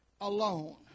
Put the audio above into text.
alone